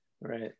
right